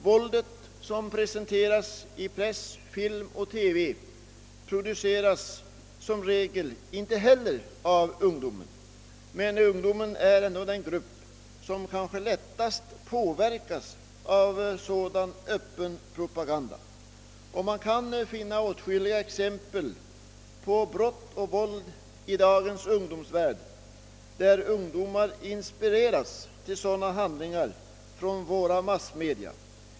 Våldet, såsom det presenteras genom press, film och TV, produceras som regel inte heller av ungdomen, men ungdomen är ändå den grupp som kanske lättast påverkas av sådan öppen propaganda. Man kan finna åtskilliga exempel på brott och våld i dagens ungdomsvärld, där ungdomar inspireras till sådana handlingar av våra massmedia.